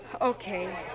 Okay